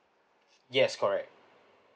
yes correct